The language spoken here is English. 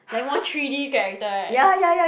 like more three D character right